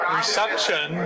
reception